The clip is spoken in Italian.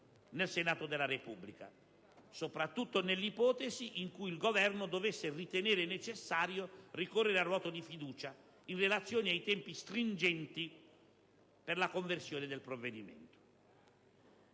nel Senato della Repubblica, soprattutto nell'ipotesi in cui il Governo dovesse ritenere necessario ricorrere al voto di fiducia in relazione ai tempi stringenti per la conversione del provvedimento.